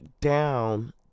down